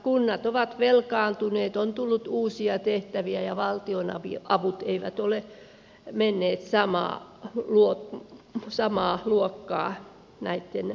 kunnat ovat velkaantuneet on tullut uusia tehtäviä ja valtionavut eivät ole menneet samassa luokassa näitten velvoitteiden myötä